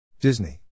Disney